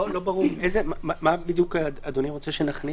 לא ברור מה בדיוק אדוני רוצה שנכניס.